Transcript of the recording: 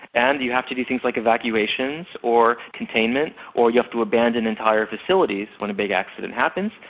and you have to do things like evacuations, or containment, or you have to abandon entire facilities when a big accident happens,